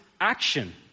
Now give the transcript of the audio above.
action